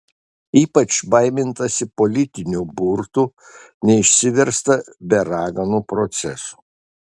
ypač baimintasi politinių burtų neišsiversta be raganų procesų